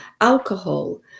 alcohol